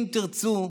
אם תרצו,